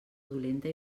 dolenta